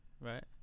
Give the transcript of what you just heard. Right